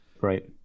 Right